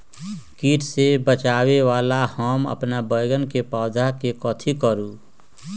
किट से बचावला हम अपन बैंगन के पौधा के कथी करू?